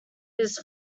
his